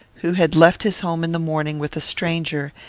who had left his home in the morning with a stranger,